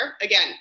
Again